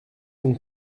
donc